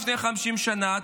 לפני 50 שנה?